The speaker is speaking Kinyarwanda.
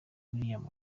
william